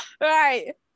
Right